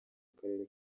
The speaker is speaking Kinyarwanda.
akarere